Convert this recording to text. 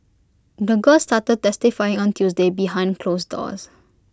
the girl started testifying on Tuesday behind closed doors